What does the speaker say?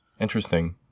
Interesting